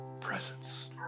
presence